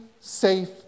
safe